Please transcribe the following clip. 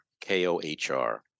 K-O-H-R